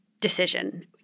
decision